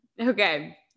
okay